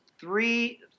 three